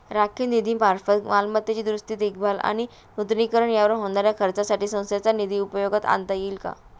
राखीव निधीमार्फत मालमत्तेची दुरुस्ती, देखभाल आणि नूतनीकरण यावर होणाऱ्या खर्चासाठी संस्थेचा निधी उपयोगात आणता येईल का?